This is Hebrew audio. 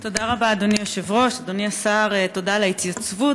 לא תהיה הרעה ולא תהיה שום פגיעה,